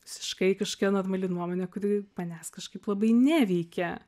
visiškai kažkokia normali nuomonė kuri manęs kažkaip labai neveikia